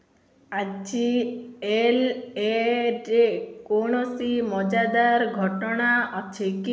ଆଜି ଏଲ୍ ଏରେ କୌଣସି ମଜାଦାର ଘଟଣା ଅଛି କି